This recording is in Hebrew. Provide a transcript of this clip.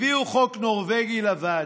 הביאו חוק נורבגי לוועדה.